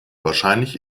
wahrscheinlich